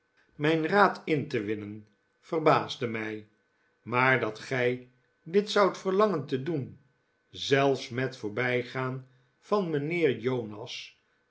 mijn raad in te winnen verbaasde mij maar dat gij dit zoudt verlangen te doen zelfs met voorbijgaan van mijnheer